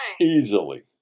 Easily